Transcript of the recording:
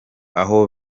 aho